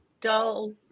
dull